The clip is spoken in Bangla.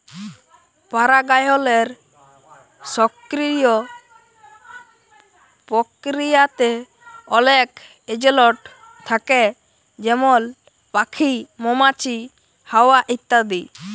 পারাগায়লের সকিরিয় পরকিরিয়াতে অলেক এজেলট থ্যাকে যেমল প্যাখি, মমাছি, হাওয়া ইত্যাদি